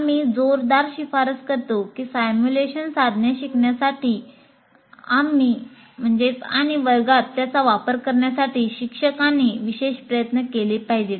आम्ही जोरदार शिफारस करतो की सिम्युलेशन साधने शिकण्यासाठी आणि वर्गात त्यांचा वापर करण्यासाठी शिक्षकांनी विशेष प्रयत्न केले पाहिजेत